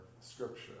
Scripture